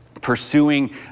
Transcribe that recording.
pursuing